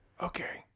Okay